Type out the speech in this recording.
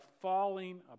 falling